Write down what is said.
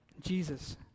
Jesus